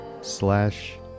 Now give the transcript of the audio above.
slash